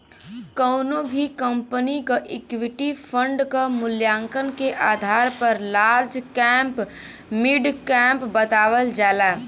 कउनो भी कंपनी क इक्विटी फण्ड क मूल्यांकन के आधार पर लार्ज कैप मिड कैप बतावल जाला